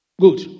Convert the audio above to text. Good